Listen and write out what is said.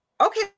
Okay